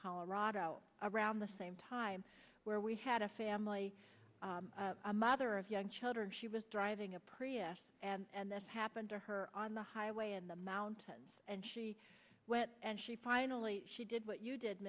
colorado around the same time where we had a family a mother of young children she was driving a prius and this happened to her on the highway in the mountains and she went and she finally she did what you did